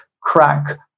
crack